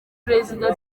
prezida